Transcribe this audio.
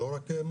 לא רק מזור,